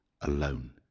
alone